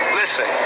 listen